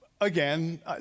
again